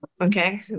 Okay